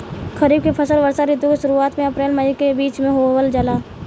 खरीफ के फसल वर्षा ऋतु के शुरुआत में अप्रैल से मई के बीच बोअल जाला